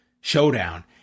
showdown